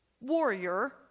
warrior